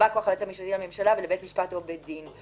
המשפטי לממשלה ולבית משפט או בית הדין.